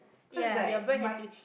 cause it's like my